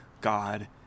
God